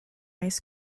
ice